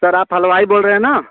sir आप हलवाई बोल रहे न